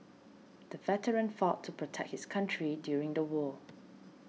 the veteran fought to protect his country during the war